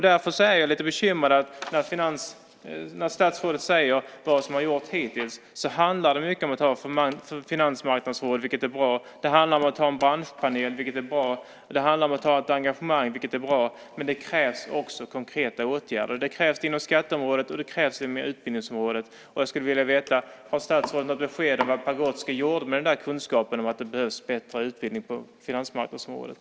Därför blir jag lite bekymrad när statsrådet talar om vad som har gjorts hittills. Det handlar om Finansmarknadsrådet, vilket är bra, om en branschpanel, vilket är bra, och om att ha ett engagemang, vilket också är bra. Men det krävs också konkreta åtgärder. Det krävs på skatteområdet och på utbildningsområdet, och jag skulle vilja veta: Har statsrådet något besked om vad Pagrotsky gjorde med kunskapen om att det behövs bättre utbildning på finansmarknadsområdet?